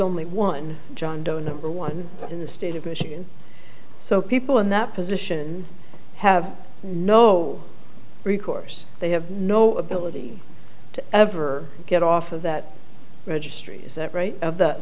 only one john doe number one in the state of michigan so people in that position have no recourse they have no ability to ever get off of that registry is that right of the